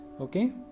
okay